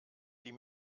die